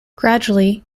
gradually